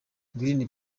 green